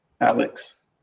Alex